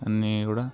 అన్నీ కూడా